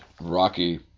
Rocky